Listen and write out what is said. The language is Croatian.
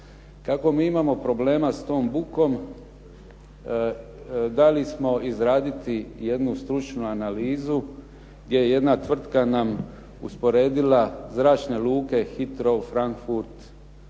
Kako mi imamo problema s tom bukom, dali smo izraditi jednu stručnu analizu, gdje jedna tvrtka nam usporedila zračne luke hitro u Frankfurt